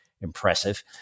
impressive